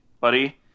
buddy